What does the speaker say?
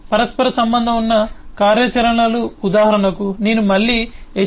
పరస్పర సంబంధం ఉన్న కార్యాచరణలు ఉదాహరణకు నేను మళ్ళీ stdio